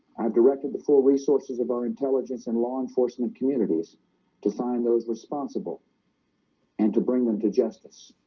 i've directed the full resources of our intelligence and law enforcement communities to find those responsible and to bring them to justice